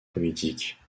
politiques